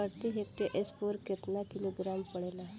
प्रति हेक्टेयर स्फूर केतना किलोग्राम पड़ेला?